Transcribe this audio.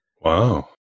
Wow